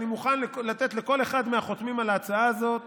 אני מוכן לתת לכל אחד מהחותמים על ההצעה הזאת